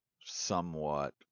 somewhat